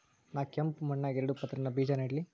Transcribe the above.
ನಾ ಕೆಂಪ್ ಮಣ್ಣಾಗ ಎರಡು ಪದರಿನ ಬೇಜಾ ನೆಡ್ಲಿ?